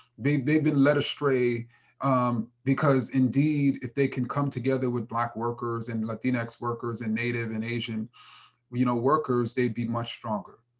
they've been led astray because, indeed, if they can come together with black workers and latinx workers and native and asian you know workers, they'd be much stronger.